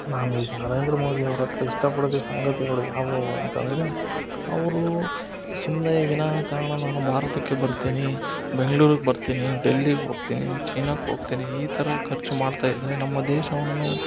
ನಾನು ಇಸ್ ನರೇಂದ್ರ ಮೋದಿ ಅವರತ್ರ ಇಷ್ಟಪಡೋದು ಸಂಗತಿಗಳು ಯಾವುಯಾವು ಅಂತಂದರೆ ಅವರು ಸುಮ್ಮನೆ ವಿನಾಕಾರಣ ನಾನು ಭಾರತಕ್ಕೆ ಬರ್ತೀನಿ ಬೆಂಗ್ಳೂರಿಗೆ ಬರ್ತೀನಿ ಡೆಲ್ಲಿಗೆ ಹೋಗ್ತೀನಿ ಚೀನಾಕ್ಕೆ ಹೋಗ್ತೀನಿ ಈ ಥರ ಖರ್ಚು ಮಾಡ್ತಾ ಇದ್ದರೆ ನಮ್ಮ ದೇಶವನ್ನು